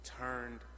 turned